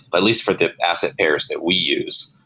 but least for the asset areas that we use,